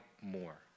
more